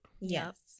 yes